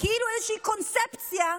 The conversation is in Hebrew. תצביע נגד התקציב הזה,